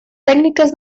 tècniques